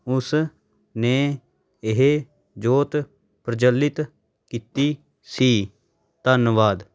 ਉਸ ਨੇ ਇਹ ਜੋਤ ਪ੍ਰਜਵੱਲਿਤ ਕੀਤੀ ਸੀ ਧੰਨਵਾਦ